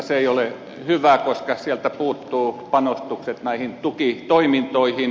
se ei ole hyvä koska sieltä puuttuvat panostukset näihin tukitoimintoihin